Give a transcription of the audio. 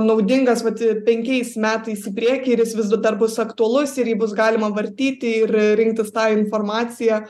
naudingas vat penkiais metais į priekį ir jis vis dar bus aktualus ir jį bus galima vartyti ir rinktis tą informaciją